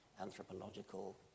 anthropological